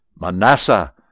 Manasseh